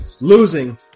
Losing